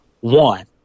one